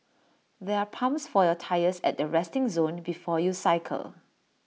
there are pumps for your tyres at the resting zone before you cycle